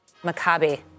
Maccabi